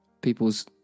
people's